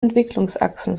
entwicklungsachsen